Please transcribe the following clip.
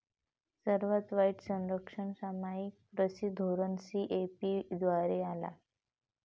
सर्वात वाईट संरक्षणवाद सामायिक कृषी धोरण सी.ए.पी द्वारे आला